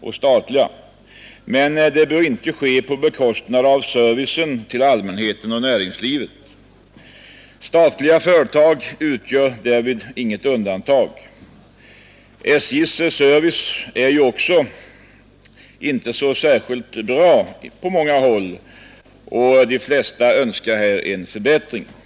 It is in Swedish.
och statliga — men det bör inte ske på bekostnad av servicen till allmänheten och näringslivet. Statliga företag utgör därvid inget undantag. SJ:s service är ju inte heller särskilt bra på många håll. De flesta önskar en förbättring härvidlag.